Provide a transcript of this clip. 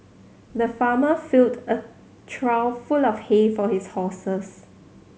the farmer filled a trough full of hay for his horses